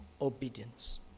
obedience